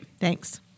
Thanks